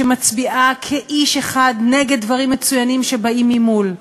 שמצביעה כאיש אחד נגד דברים מצוינים שבאים ממול.